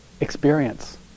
experience